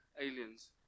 aliens